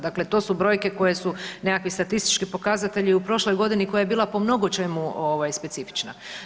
Dakle, to su brojke koje su nekakvi statistički pokazatelj i u prošloj godini koja je bila po mnogo čemu specifična.